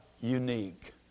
unique